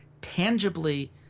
tangibly